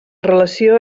relació